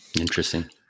Interesting